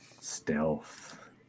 Stealth